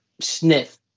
sniff